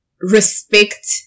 respect